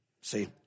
See